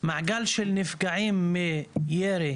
מעגל של הנפגעים מירי